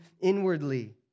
inwardly